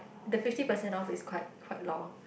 the fifty percent off is quite quite long